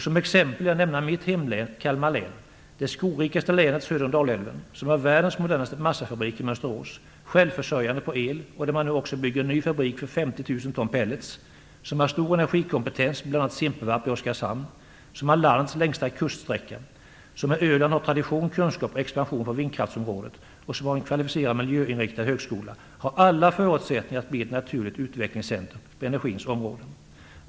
Som exempel vill jag nämna mitt hemlän, Kalmar län, det skogrikaste länet söder om Dalälven, som har världens modernaste massafabrik i Mönsterås - självförsörjande på el och där man nu också bygger en ny fabrik för 50 000 ton pellets - som har stor energikompetens bl.a. vid Simpevarp i Oskarshamn, som har landets längsta kuststräcka, som med Öland har tradition, kunskap och expansion på vindkraftsområdet och som har en kvalificerad miljöinriktad högskola, har alla förutsättningar att bli ett naturligt utvecklingscentrum på energins område.